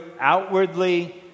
outwardly